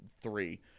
three